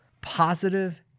positive